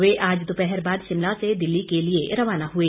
वे आज दोपहर बाद शिमला से दिल्ली के लिए रवाना हुए